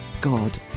God